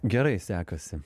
gerai sekasi